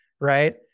Right